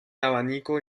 abanico